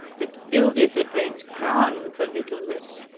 that buildeth a great crown for littleness,